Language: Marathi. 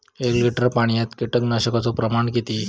एक लिटर पाणयात कीटकनाशकाचो प्रमाण किती?